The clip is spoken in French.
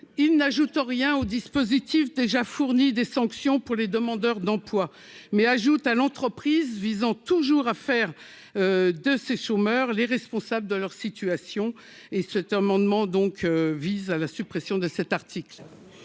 il n'ajoute rien au dispositif déjà fourni des sanctions pour les demandeurs d'emploi, mais ajoute à l'entreprise visant toujours à faire de ces chômeurs, les responsables de leur situation et c'est amendement donc vise à la suppression de cet article.